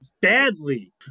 badly